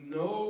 no